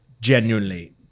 genuinely